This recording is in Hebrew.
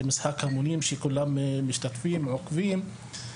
שהוא משחק המונים שבו כולם משתתפים ועוקבים אחריו.